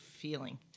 feeling